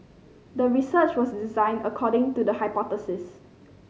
the research was designed according to the hypothesis